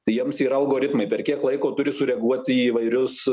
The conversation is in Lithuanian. tai jiems yra algoritmai per kiek laiko turi sureaguoti į įvairius